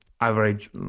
average